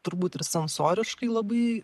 turbūt ir sensoriškai labai